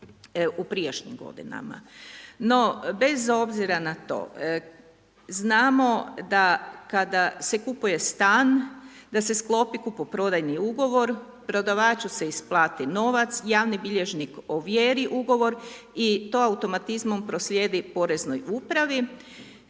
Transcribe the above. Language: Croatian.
u prijašnjim godinama. No, bez obzira na to, znamo da kada se kupuje stan, da se sklopi kupoprodajni ugovor, prodavaču se isplati novac, javni bilježnik ovjeri ugovor i to automatizmom proslijedi poreznoj upravi